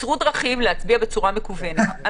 יצרו דרכים להצביע בצורה מקוונת.